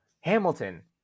Hamilton